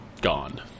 gone